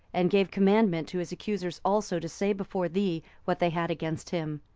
and gave commandment to his accusers also to say before thee what they had against him.